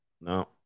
No